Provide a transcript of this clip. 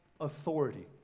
authority